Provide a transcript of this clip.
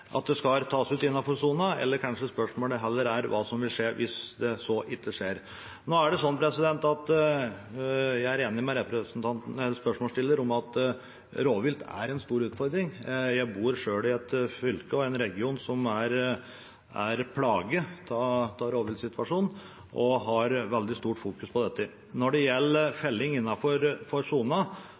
skal tas ut innenfor sonen – eller kanskje spørsmålet heller er hva som vil skje hvis så ikke skjer. Jeg er enig med spørsmålsstilleren i at rovvilt er en stor utfordring. Jeg bor selv i et fylke og i en region som er plaget av rovviltsituasjonen, og som er veldig opptatt av dette. Når det gjelder felling